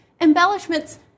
Embellishments